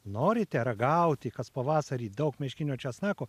norite ragauti kas pavasarį daug meškinio česnako